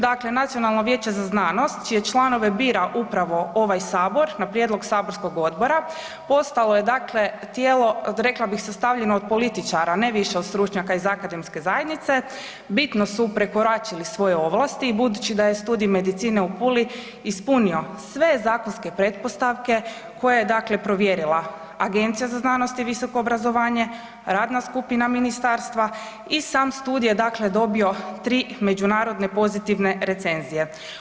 Dakle, Nacionalno vijeće za znanost čije članove bira upravo ovaj sabor na prijedlog saborskog odbora postalo je dakle tijelo rekla bih sastavljeno od političara, ne više od stručnjaka iz akademske zajednice, bitno su prekoračili svoje ovlasti i budući da je studij medicine u Puli ispunio sve zakonske pretpostavke koje je dakle provjerila Agencija za znanost i visoko obrazovanje, radna skupina ministarstva i sam studij je dakle dobio 3 međunarodne pozitivne recenzije.